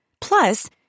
Plus